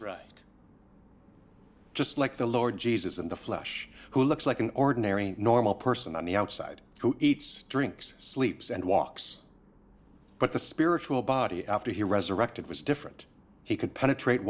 bright just like the lord jesus in the flesh who looks like an ordinary normal person on the outside who eats drinks sleeps and walks but the spiritual body after he resurrected was different he could penetrate